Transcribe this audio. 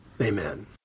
Amen